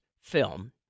film